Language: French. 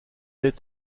est